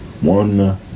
one